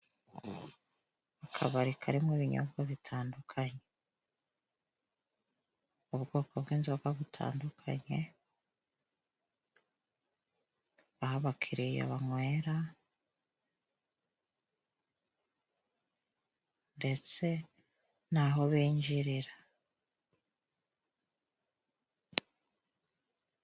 Akabari karimo ibinyobwa bitandukanye, ubwoko bw'inzoga butandukanye, aho abakiriya banwera ndetse n'aho binjirira.